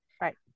Right